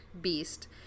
beast